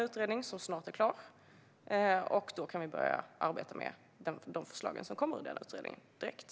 Utredningen är snart klar, och då kan vi direkt börja arbeta med utredningens förslag.